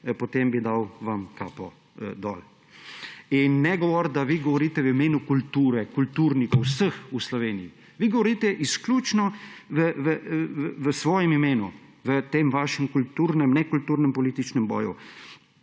potem bi vam dal kapo dol. In ne govoriti, da vi govorite v imenu kulture, vseh kulturnikov v Sloveniji; vi govorite izključno v svojem imenu v tem vašem nekulturnem političnem boju.